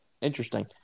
interesting